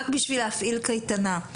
רק בשביל להפעיל קייטנה.